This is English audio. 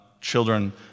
children